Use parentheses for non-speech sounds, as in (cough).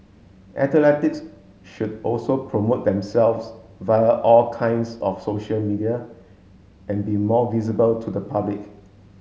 (unintelligible) should also promote themselves via all kinds of social media and be more visible to the public